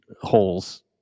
holes